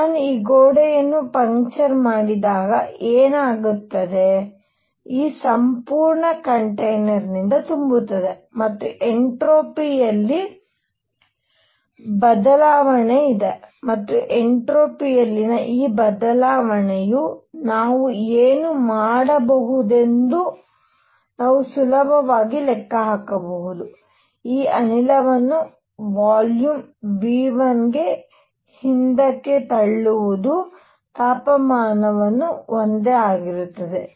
ನಾನು ಈ ಗೋಡೆಯನ್ನು ಪಂಕ್ಚರ್ ಮಾಡಿದಾಗ ಏನಾಗುತ್ತದೆ ಈ ಸಂಪೂರ್ಣ ಕಂಟೇನರ್ ತುಂಬುತ್ತದೆ ಮತ್ತು ಎನ್ಟ್ರೋಪಿಯಲ್ಲಿ ಬದಲಾವಣೆ ಇದೆ ಮತ್ತು ಎನ್ಟ್ರೋಪಿಯಲ್ಲಿನ ಈ ಬದಲಾವಣೆಯು ನಾವು ಏನು ಮಾಡಬಹುದೆಂದು ನಾವು ಸುಲಭವಾಗಿ ಲೆಕ್ಕ ಹಾಕಬಹುದು ಈ ಅನಿಲವನ್ನು ವಾಲ್ಯೂಮ್ v1 ಗೆ ಹಿಂದಕ್ಕೆ ತಳ್ಳುವುದು ತಾಪಮಾನವನ್ನು ಒಂದೇ ಆಗಿರುತ್ತದೆ